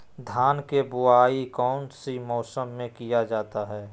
धान के बोआई कौन सी मौसम में किया जाता है?